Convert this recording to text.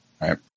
right